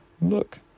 Look